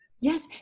Yes